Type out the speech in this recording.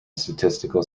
statistical